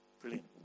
Brilliant